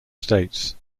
states